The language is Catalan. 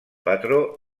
patró